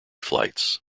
flights